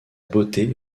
beauté